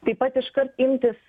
taip pat iškart imtis